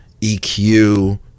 EQ